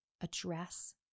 address